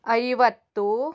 ಐವತ್ತು